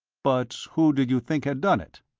but who did you think had done it?